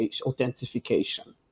authentication